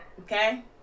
Okay